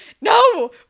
no